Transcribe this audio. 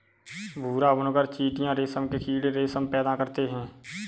भूरा बुनकर चीटियां रेशम के कीड़े रेशम पैदा करते हैं